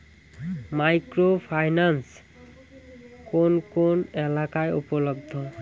Micro finance কোন কোন এলাকায় উপলব্ধ?